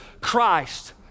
Christ